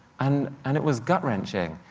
and and it was gut wrenching.